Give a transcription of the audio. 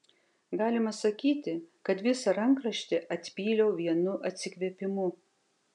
galima sakyti kad visą rankraštį atpyliau vienu atsikvėpimu